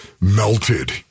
melted